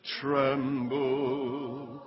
tremble